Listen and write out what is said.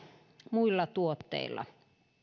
muilla tuotteilla